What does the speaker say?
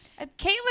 caitlin